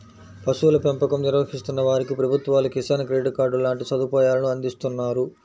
పశువుల పెంపకం నిర్వహిస్తున్న వారికి ప్రభుత్వాలు కిసాన్ క్రెడిట్ కార్డు లాంటి సదుపాయాలను అందిస్తున్నారు